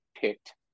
picked